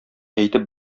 әйтеп